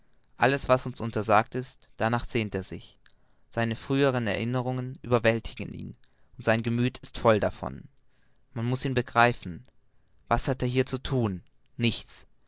alles was uns untersagt ist darnach sehnt er sich seine früheren erinnerungen überwältigen ihn und sein gemüth ist davon voll man muß ihn begreifen was hat er hier zu thun nichts